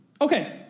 okay